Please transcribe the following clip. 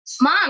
Mom